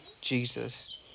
Jesus